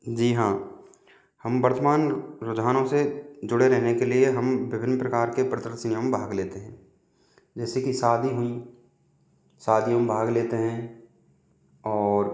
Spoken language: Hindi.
जी हाँ हम वर्तमान रुझानों से जुड़े रहने के लिए हम विभिन्न प्रकार के में भाग लेते हैं जैसे कि शादी हुई शादियों में भाग लेते हैं और